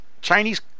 Chinese